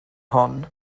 hon